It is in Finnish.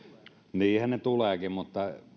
niinhän ne tulevatkin mutta